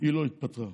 לא התפטרה,